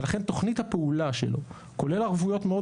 לכן תוכנית הפעולה שלו כולל ערבויות מאוד